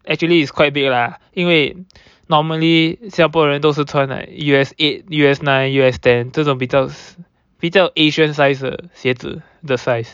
actually is quite big lah 因为 normally 新加坡人都是穿 like U_S eight U_S nine U_S ten 这种比较比较 asian size 的鞋子的 size